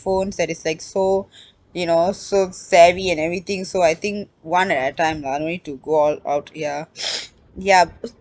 iphone that is like so you know so savvy and everything so I think one at time lah no need to go all out ya ya